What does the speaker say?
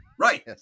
right